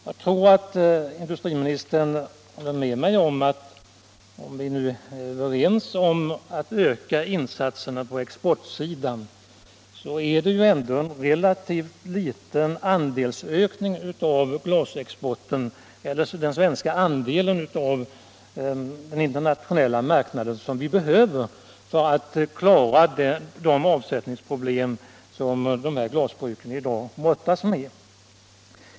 Jag tror att industriministern håller med mig om att det — om vi nu är överens om att öka insatserna på exportsidan — behövs en relativt liten andelsökning av den svenska andelen av glasexporten på den internationella marknaden för att klara de avsättningsproblem som glasbruken i dag brottas med.